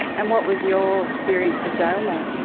and what was your experience of jail like?